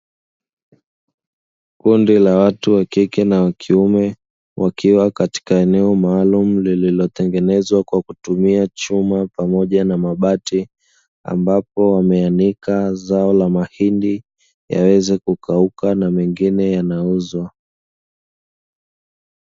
Kundi la watu wa kike na wa kiume, wakiwa katika eneo maalumu lililotengenezwa kwa kutumia chuma pamoja na mabati ambapo wameanika zao la mahindi yaweze kukauka na mengine yanauzwa.